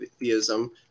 theism